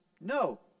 No